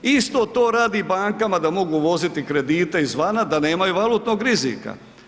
Isto to radi bankama da mogu voziti kredite izvana da nemaju valutnog rizika.